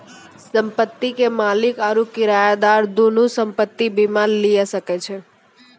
संपत्ति के मालिक आरु किरायादार दुनू संपत्ति बीमा लिये सकै छै